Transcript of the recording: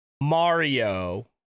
mario